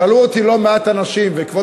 שאלו אותי לא מעט אנשים, כבוד